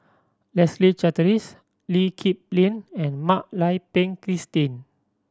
Leslie Charteris Lee Kip Lin and Mak Lai Peng Christine